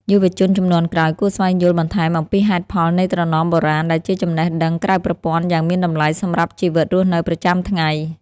យុវជនជំនាន់ក្រោយគួរស្វែងយល់បន្ថែមអំពីហេតុផលនៃត្រណមបុរាណដែលជាចំណេះដឹងក្រៅប្រព័ន្ធយ៉ាងមានតម្លៃសម្រាប់ជីវិតរស់នៅប្រចាំថ្ងៃ។